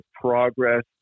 progress